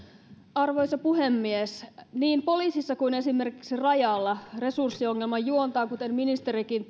arvoisa puhemies niin poliisissa kuin esimerkiksi rajalla resurssiongelma juontaa siihen kuten ministerikin